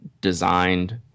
designed